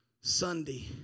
Sunday